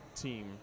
team